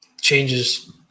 changes